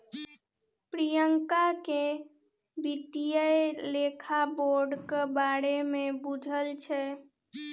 प्रियंका केँ बित्तीय लेखा बोर्डक बारे मे बुझल छै